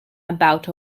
about